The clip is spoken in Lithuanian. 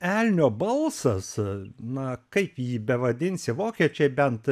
elnio balsas na kaip jį bevadinsi vokiečiai bent